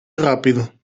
rápido